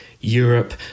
Europe